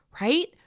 right